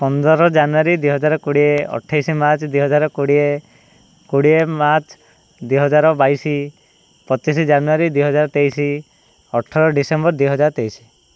ପନ୍ଦର ଜାନୁଆରୀ ଦୁଇହଜାର କୋଡ଼ିଏ ଅଠେଇଶି ମାର୍ଚ୍ଚ ଦୁଇହଜାର କୋଡ଼ିଏ କୋଡ଼ିଏ ମାର୍ଚ୍ଚ ଦୁଇହଜାର ବାଇଶି ପଚିଶି ଜାନୁଆରୀ ଦୁଇହଜାର ତେଇଶି ଅଠର ଡିସେମ୍ବର ଦୁଇହଜାର ତେଇଶି